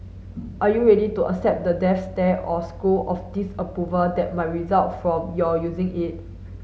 are you ready to accept the death stare or scowl of disapproval that might result from your using it